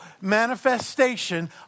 manifestation